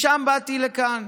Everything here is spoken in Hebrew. משם באתי לכאן.